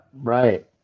Right